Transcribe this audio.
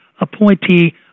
appointee